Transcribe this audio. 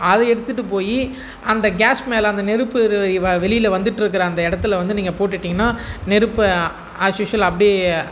அதை எடுத்துகிட்டு போய் அந்த கேஸ் மேலே அந்த நெருப்பு வெளியில வந்துவிட்டு இருக்கிற அந்த இடத்துல வந்து நீங்கள் போட்டிட்டிங்கனா நெருப்பை ஆஸ்யூஸ்வால் அப்டே